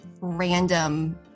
random